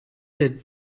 der